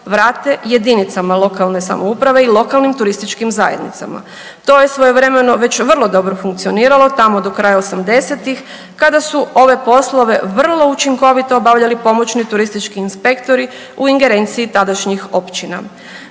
jedinicama lokalne samouprave i lokalnim turističkim zajednicama. To je svojevremeno već vrlo dobro funkcioniralo tamo do kraja '80.-tih kada su ove poslove vrlo učinkovito obavljali pomoćni turistički inspektori u ingerenciji tadašnjih općina.